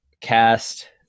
cast